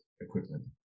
equipment